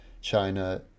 China